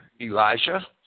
Elijah